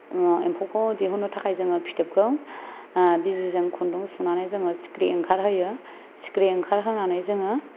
एम्फौखौ दिहुननो थाखाय जोङो फिथोबखौ बिजिजों खुन्दुं सुनानै जोङो सिखिरि ओंखारहोयो सिखिरि ओंखारहोनानै जोङो